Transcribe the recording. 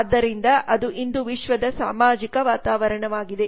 ಆದ್ದರಿಂದ ಅದು ಇಂದು ವಿಶ್ವದ ಸಾಮಾಜಿಕ ವಾತಾವರಣವಾಗಿದೆ